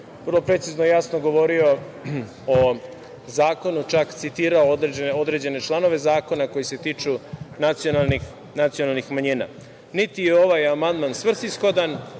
vrlo precizno i jasno govorio o zakonu, čak citirao određene članove zakona koji se tiču nacionalnih manjina. Niti je ovaj amandman svrsishodan,